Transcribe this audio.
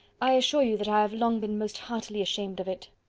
i assure you that i have long been most heartily ashamed of it.